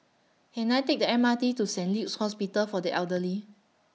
Can I Take The M R T to Saint Luke's Hospital For The Elderly